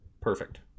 Perfect